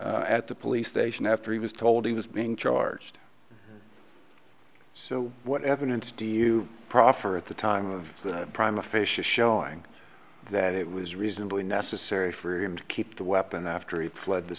at the police station after he was told he was being charged so what evidence do you proffer at the time of prime officials showing that it was reasonably necessary for him to keep the weapon after he fled the